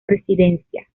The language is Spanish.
presidencia